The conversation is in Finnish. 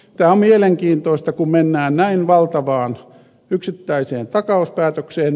ja mielenkiintoista kun mennään näin valtavaan yksittäiseen takauspäätökseen